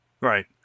Right